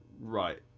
right